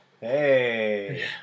Hey